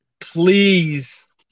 Please